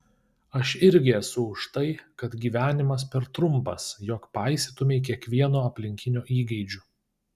aš irgi esu už tai kad gyvenimas per trumpas jog paisytumei kiekvieno aplinkinio įgeidžių